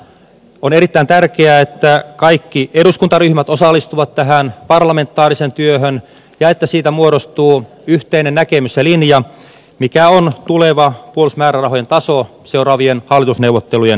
on erittäin tärkeää että kaikki eduskuntaryhmät osallistuvat tähän parlamentaariseen työhön ja että siitä muodostuu yhteinen näkemys ja linja siitä mikä on tuleva puolustusmäärärahojen taso seuraa vien hallitusneuvottelujen jälkeen